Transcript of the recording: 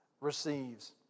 receives